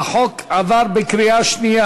החוק עבר בקריאה שנייה.